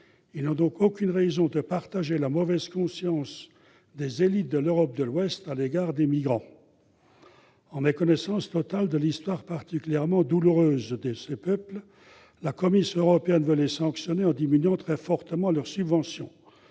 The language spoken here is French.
Ils n'ont donc aucune raison de partager la mauvaise conscience des élites de l'Europe de l'Ouest à l'égard des migrants. En méconnaissance totale de l'histoire particulièrement douloureuse de ces peuples, la Commission européenne veut les sanctionner en diminuant très fortement leurs subventions.